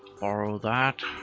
borrow that.